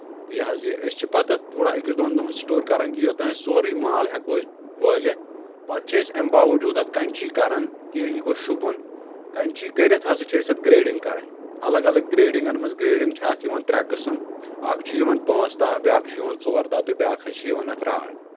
تہِ یہِ حظ یہِ أسۍ چھِ پتہٕ اتھ تھوڑا أکِس دۄن دۄہَن اتھ سٹور کران کہِ یوٚتانۍ سورُے مال ہؠکو أسۍ وٲلِتھ پتہٕ چھِ أسۍ امہِ باوجوٗد اَتھ کَنچی کران کہِ یہِ گوٚژھ شوبُن کَنچی کٔرِتھ ہسا چھِ أسۍ اتھ گریڈِنٛگ کران الگ الگ گریڈِنٛگن منٛز گریڈنٛگ چھِ اتھ یِوان ترٛےٚ قٕسم اکھ چھُ یِوان پٲنژھ تاہہ بیاکھ چھُ یِوان ژور تاہہ تہِ بیاکھ حظ چھِ یِوان اتھ راٹھ